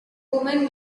women